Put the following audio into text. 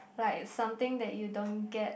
like something that you don't get